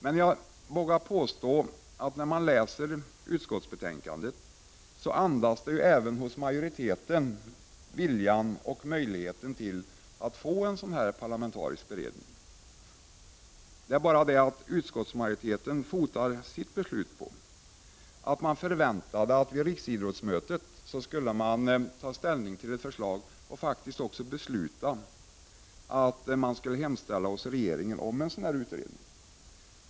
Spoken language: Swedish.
Men jag vågar påstå att även utskottsmajoritetens skrivning i betänkandet andas en vilja att få till stånd en parlamentarisk beredning. Det är bara det att utskottsmajoriteten grundar sitt ställningstagande på en förväntan om att riksidrottsmötet skulle ta ställning till ett förslag om — och även fatta beslut om — att man skulle hemställa hos regeringen om en sådan utredning.